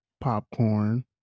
popcorn